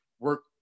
Work